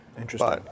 Interesting